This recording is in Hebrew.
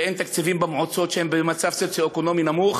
ואין תקציבים במועצות שהן במצב סוציו-אקונומי נמוך,